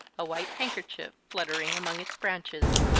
a white handkerchief fluttering among its branches.